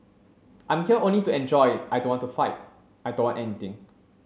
I'm here only to enjoy I don't want to fight I don't want anything